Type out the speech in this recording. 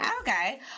Okay